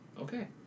Okay